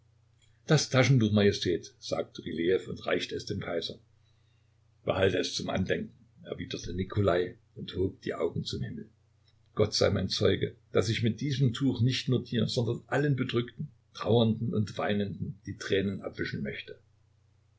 das taschentuch majestät sagte rylejew und reichte es dem kaiser behalte es zum andenken erwiderte nikolai und hob die augen zum himmel gott sei mein zeuge daß ich mit diesem tuch nicht nur dir sondern allen bedrückten trauernden und weinenden die tränen abwischen möchte